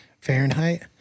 Fahrenheit